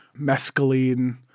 Mescaline